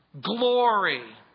glory